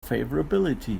favorability